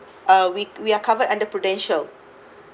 uh we we are covered under prudential